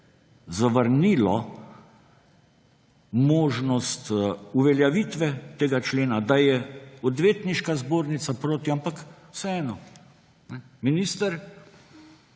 zavrnilo možnost uveljavitve tega člena, da je Odvetniška zbornica proti, se vseeno minister